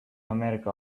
america